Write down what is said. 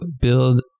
build